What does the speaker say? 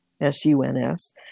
S-U-N-S